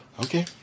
okay